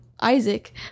Isaac